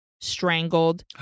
strangled